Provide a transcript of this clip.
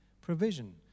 provision